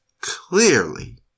clearly